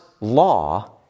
law